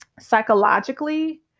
psychologically